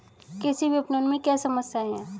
कृषि विपणन में क्या समस्याएँ हैं?